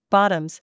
Bottoms